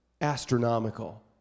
astronomical